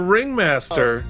Ringmaster